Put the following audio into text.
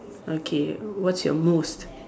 okay what's your most